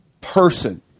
person